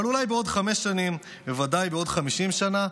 אבל אולי בעוד חמש שנים, בוודאי בעוד 50 שנה,